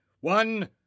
One